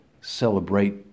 celebrate